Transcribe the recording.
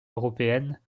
européennes